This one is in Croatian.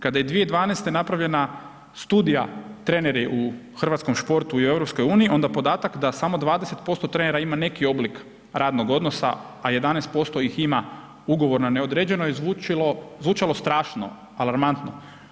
Kada je 2012. napravljena studija treneri u hrvatskom športu i EU, onda podatak da samo 20% trenera ima neki oblik radnog odnosa, a 11% ih ima ugovor na neodređeno je zvučalo strašno, alarmantno.